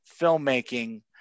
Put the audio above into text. filmmaking